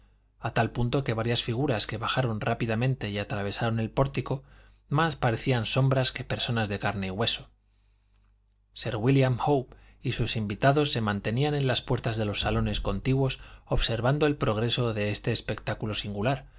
a tal punto que varias figuras que bajaron rápidamente y atravesaron el pórtico más parecían sombras que personas de carne y hueso sir wílliam howe y sus invitados se mantenían en la puerta de los salones contiguos observando el progreso de este espectáculo singular